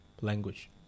language